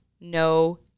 no